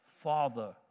father